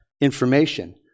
information